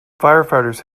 firefighters